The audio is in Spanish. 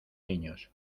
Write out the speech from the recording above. niños